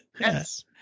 Yes